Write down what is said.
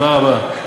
תודה רבה.